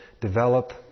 develop